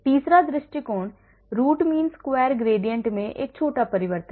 तीसरा दृष्टिकोण root mean square gradient में एक छोटा परिवर्तन है